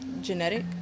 genetic